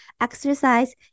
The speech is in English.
exercise